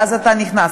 ואז אתה נכנס,